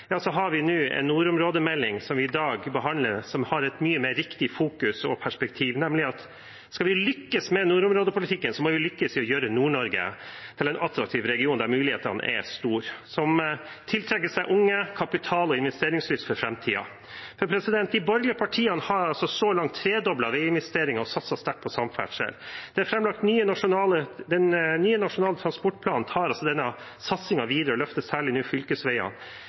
har vi nå en nordområdemelding, den som vi i dag behandler, som har et mye mer riktig fokus og perspektiv, nemlig at skal vi lykkes med nordområdepolitikken, må vi lykkes i å gjøre Nord-Norge til en attraktiv region der mulighetene er store, som tiltrekker seg unge, kapital og investeringslyst for framtiden. De borgerlige partiene har så langt tredoblet reinvesteringene og satset stort på samferdsel. Den nye nasjonale transportplanen tar denne satsingen videre og løfter særlig fylkesveiene.